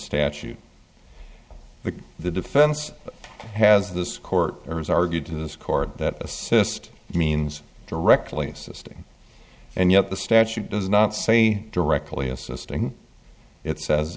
statute the the defense has this court has argued to this court that assist means directly assisting and yet the statute does not say directly assisting it says